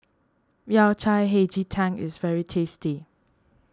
Yao Cai Hei Ji Tang is very tasty